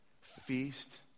Feast